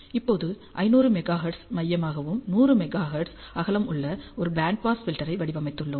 இப்போது 500 megahertz மையமாகவும் 100 megahertz அகலம் உள்ள ஒரு பேண்ட் பாஸ் ஃபில்டரை வடிவமைத்துள்ளோம்